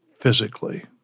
physically